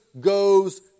goes